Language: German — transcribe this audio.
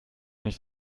nicht